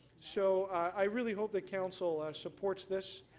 so i really hope that council supports this.